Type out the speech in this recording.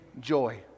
joy